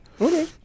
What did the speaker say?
Okay